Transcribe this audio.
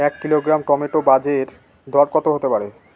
এক kilogram tomato বাজের দরকত হতে পারে?